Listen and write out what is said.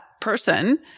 person